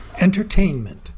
Entertainment